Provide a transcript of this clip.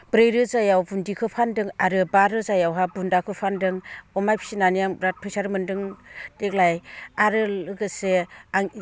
ब्रै रोजायाव बुन्दिखौ फान्दों आरो बा रोजायावहा बुन्दाखौ फान्दों अमा फिसिनानै आं बिरात फैसा मोन्दों देग्लाय आरो लोगोसे आं